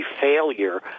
failure